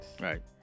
Right